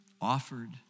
offered